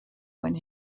when